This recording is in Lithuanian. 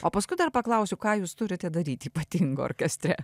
o paskui dar paklausiu ką jūs turite daryt ypatingo orkestre